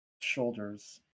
shoulders